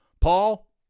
Paul